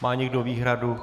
Má někdo výhradu?